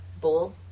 bowl